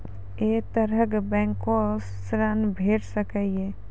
ऐ तरहक बैंकोसऽ ॠण भेट सकै ये?